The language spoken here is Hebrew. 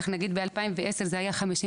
כך נגיד ב-2010 זה היה 52%,